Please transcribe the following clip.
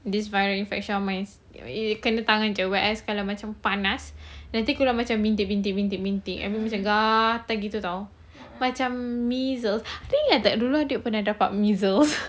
this viral infection on my eh kena tangan jer whereas kalau macam panas nanti keluar macam bintik-bintik bintik-bintik and then macam gatal begitu [tau] macam measles I think adik dulu pun dapat measles